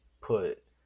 put